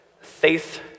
faith